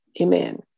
Amen